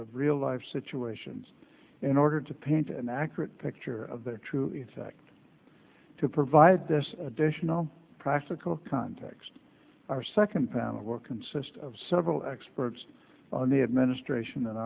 of real life situations in order to paint an accurate picture of the true effect to provide this additional practical context our second panel work consist of several experts on the administration